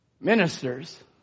Ministers